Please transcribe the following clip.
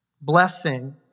Blessing